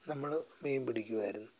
നമ്മൾ മീൻ പിടിക്കുമായിരുന്നു